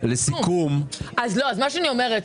אני אומרת